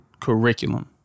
curriculum